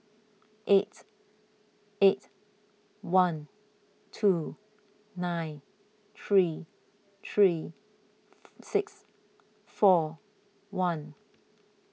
eight eight one two nine three three six four one